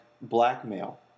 blackmail